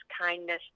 kindness